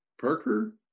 Parker